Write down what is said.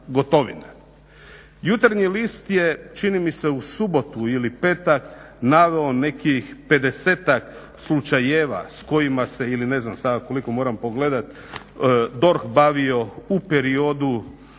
Jutarnji list je čini mi se u subotu ili petak naveo nekih 50-ak slučajeva s kojima se ne znam sada koliko moram pogledati, DORH bavio u periodu